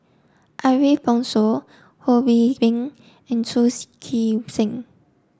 Ariff Bongso Ho See Beng and Chu Chee Seng